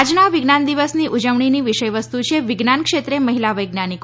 આજના વિજ્ઞાન દિવસની ઉજવણીની વિષય વસ્તુ છે વિજ્ઞાન ક્ષેત્રે મહિલા વૈજ્ઞાનિકો